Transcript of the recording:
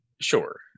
Sure